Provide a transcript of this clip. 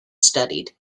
studied